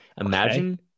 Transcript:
Imagine